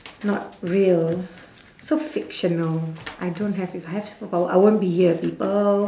not real so fictional I don't have if I have superpower I won't be here people